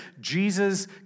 Jesus